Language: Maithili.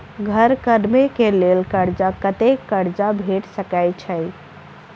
घर बनबे कऽ लेल कर्जा कत्ते कर्जा भेट सकय छई?